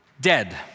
dead